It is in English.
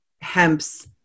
hemp's